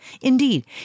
Indeed